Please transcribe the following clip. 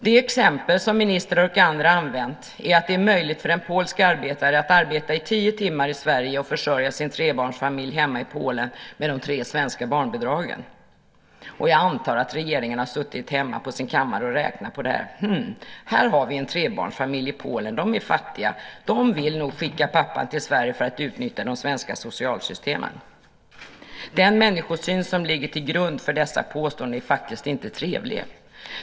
Det exempel som ministrar och andra använt är att det är möjligt för en polsk arbetare att arbeta i tio timmar i Sverige och försörja sin trebarnsfamilj hemma i Polen med de tre svenska barnbidragen. Jag antar att regeringen har suttit hemma i sin kammare och räknat på det här: Hm, här har vi en trebarnsfamilj i Polen. De är fattiga. De vill nog skicka pappan till Sverige för att utnyttja de svenska socialsystemen. Den människosyn som ligger till grund för dessa påståenden är faktiskt inte trevlig.